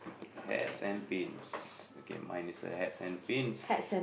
I had sand paints okay mine is a hat sand paints